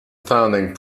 founding